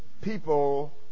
people